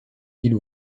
ville